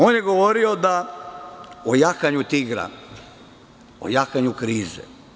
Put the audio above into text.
On je govorio o jahanju tigra, o jahanju krize.